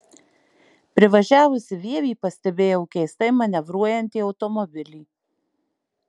privažiavusi vievį pastebėjau keistai manevruojantį automobilį